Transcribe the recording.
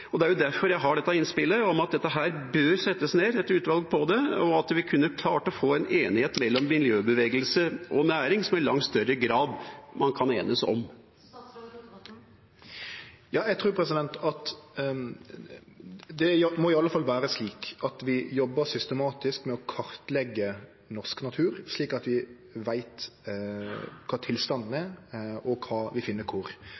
Det er jo derfor jeg har dette innspillet om at det bør settes ned et utvalg, og at vi kunne klart å få en løsning som miljøbevegelse og næring i langt større grad kan enes om. Eg trur at det i alle fall må vere slik at vi jobbar systematisk med å kartleggje norsk natur, slik at vi veit kva tilstanden er,